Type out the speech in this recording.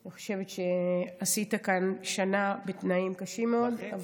אני חושבת שעשית כאן שנה בתנאים קשים מאוד.